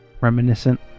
Reminiscent